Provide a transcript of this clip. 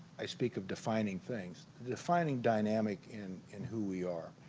i speak of defining things, defining dynamic in in who we are